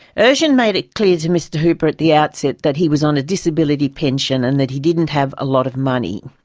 ercan made it clear to mr hooper at the outset that he was on a disability pension and that he didn't have a lot of money.